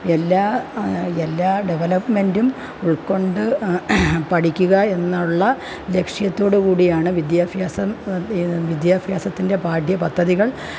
എല്ലാ എല്ലാ ഡെവലപ്പ്മെൻറ്റും ഉള്ക്കൊണ്ട് പഠിക്കുക എന്നുള്ള ലക്ഷ്യത്തോട് കൂടിയാണ് വിദ്യാഭ്യാസം ചെയ്യുന്നത് വിദ്യാഭ്യാസത്തിന്റെ പാഠ്യ പദ്ധതികള്